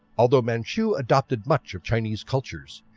although manchu adopted much of chinese cultures,